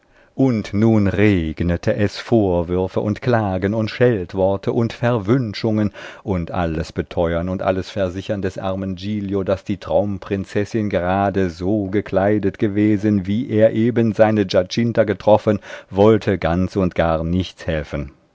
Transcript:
und nun regnete es vorwürfe und klagen und scheltworte und verwünschungen und alles beteuern und alles versichern des armen giglio daß die traumprinzessin gerade so gekleidet gewesen wie er eben seine giacinta getroffen wollte ganz und gar nichts helfen